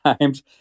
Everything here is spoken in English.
times